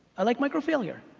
i like micro-failure.